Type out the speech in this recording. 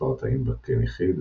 מספר התאים בקן יחיד,